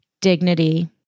dignity